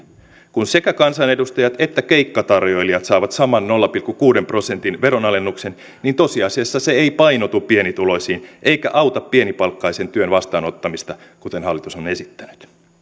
kun sekä kansanedustajat että keikkatarjoilijat saavat saman nolla pilkku kuuden prosentin veronalennuksen niin tosiasiassa se ei painotu pienituloisiin eikä auta pienipalkkaisen työn vastaanottamista kuten hallitus on esittänyt